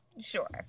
Sure